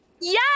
Yes